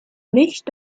nicht